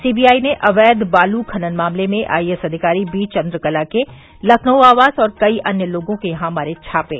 CBI ने अवैघ बालू खनन मामले में आईएएस अधिकारी बीचन्द्रकला के लखनऊ आवास और कई अन्य लोगों के यहाँ मारे छापे